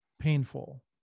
painful